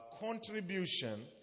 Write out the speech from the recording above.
contribution